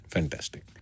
Fantastic